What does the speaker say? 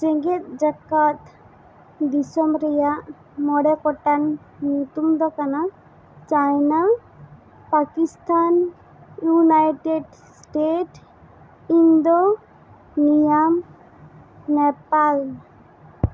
ᱡᱮᱜᱮᱛ ᱡᱟᱠᱟᱛ ᱫᱤᱥᱚᱢ ᱨᱮᱭᱟᱜ ᱢᱚᱬᱮ ᱜᱚᱴᱟᱝ ᱧᱩᱛᱩᱢ ᱫᱚ ᱠᱟᱱᱟ China Pakistan United States Indonesia Nepal